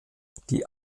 die